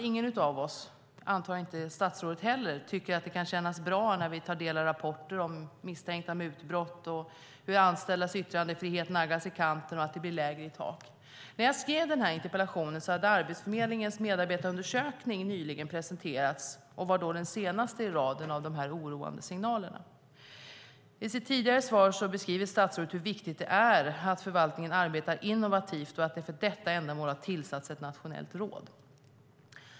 Ingen av oss, inte heller statsrådet, tycker att det känns bra när vi tar del av rapporter om misstänkta mutbrott, om hur anställdas yttrandefrihet som naggas i kanten och om hur det blir lägre i tak. När jag skrev interpellationen hade Arbetsförmedlingens medarbetarundersökning nyligen presenterats och var då den senaste i raden av oroande signaler. I sitt tidigare svar beskriver statsrådet hur viktigt det är att förvaltningen arbetar innovativt och att det för detta ändamål har tillsatts ett nationellt råd.